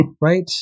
right